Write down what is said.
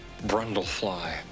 Brundlefly